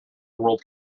world